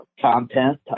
content